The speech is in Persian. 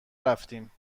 رفتیم